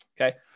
okay